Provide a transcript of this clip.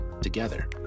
together